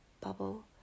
bubble